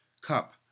Cup